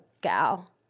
gal